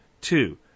Two